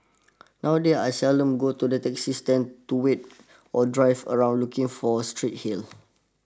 nowadays I seldom go to the taxi stand to wait or drive around looking for street hails